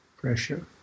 Pressure